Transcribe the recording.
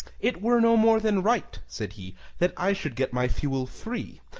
it were no more than right, said he, that i should get my fuel free.